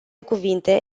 cuvinte